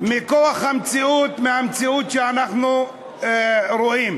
מכוח המציאות, המציאות שאנחנו רואים.